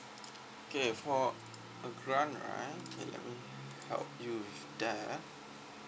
okay for a grant right okay let me help you with that